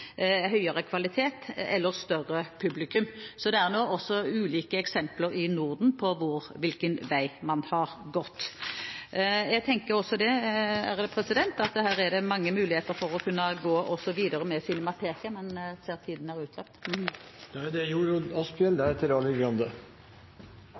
høyere kvalitet eller et større publikum. Så det er ulike eksempler i Norden på hvilken vei man har gått. Jeg tenker også at det her er mange muligheter til å gå videre til å snakke om Cinemateket, men jeg ser at tiden er